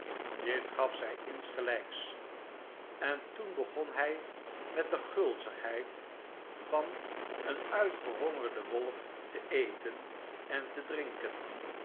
dit gaf zij insgelijks en toen begon hij met de gulzigheid van een uitgehongerden wolf te eten en te drinken